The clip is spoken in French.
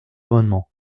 amendement